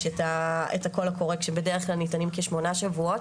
את הקול הקורא כשבדרך כלל ניתנים שמונה שבועות,